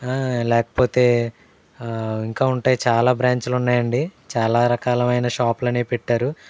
లేకపోతే ఇంకా ఉంటాయి చాలా బ్రాంచులు ఉన్నాయండి చాలా రకాలమైన షాపులు అనేవి పెట్టారు